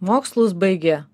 mokslus baigė